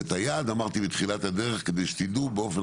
ואת היעד אמרתי בתחילת הדרך כדי שתדעו באופן